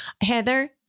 Heather